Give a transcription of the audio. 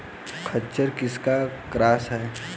खच्चर किसका क्रास है?